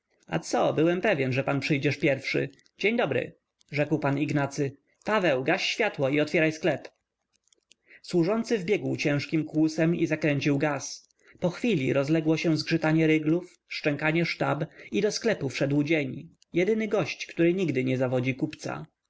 a co byłem pewny że pan przyjdziesz pierwszy dzień dobry rzekł p ignacy paweł gaś światło i otwieraj sklep służący wbiegł ciężkim kłusem i zakręcił gaz po chwili rozległo się zgrzytanie ryglów szczękanie sztab i do sklepu wszedł dzień jedyny gość który nigdy nie zawodzi kupca